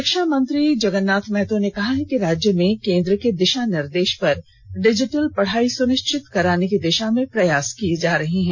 शिक्षा मंत्री जगन्नाथ महतो ने कहा है कि राज्य में केंद्र के दिषा निर्देष पर डिजिटल पढ़ाई सुनिष्वित कराने की दिषा में प्रयास किया जा रहा है